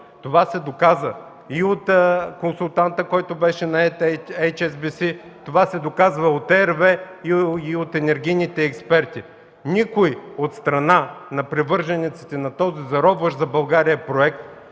Това се доказа и от консултанта, който беше нает – Ейч Ес Би Си, това се доказва от RWE и от енергийните експерти. Никой от страна на привържениците на този заробващ за България проект